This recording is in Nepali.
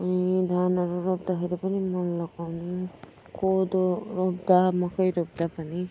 अनि धानहरू रोप्दाखेरि पनि मल लगाउनु कोदो रोप्दा मकै रोप्दा पनि